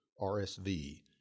RSV